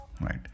right